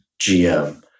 GM